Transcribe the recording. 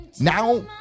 Now